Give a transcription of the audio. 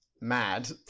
mad